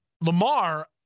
Lamar